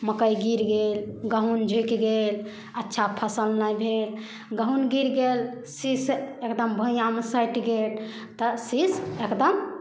मकइ गिर गेल गहूम झुकि गेल अच्छा फसिल नहि भेल गहूम गिर गेल शीश एकदम भुइआँमे सटि गेल तऽ शीश एकदम